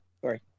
sorry